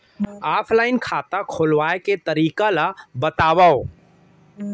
Offline खाता खोलवाय के तरीका ल बतावव?